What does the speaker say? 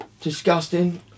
disgusting